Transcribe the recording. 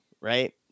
right